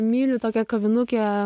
myliu tokią kavinukę